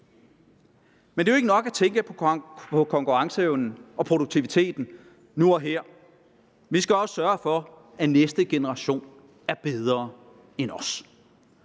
Men det er jo ikke nok at tænke på konkurrenceevnen og produktiviteten nu og her. Vi skal også sørge for, at næste generation er bedre end os.